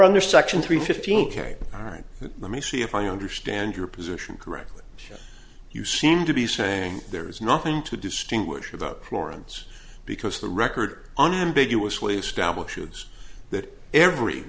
under section three fifteen carry all right let me see if i understand your position correctly you seem to be saying there's nothing to distinguish about florence because the record